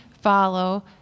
follow